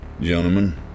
Gentlemen